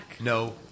No